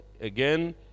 again